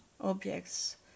objects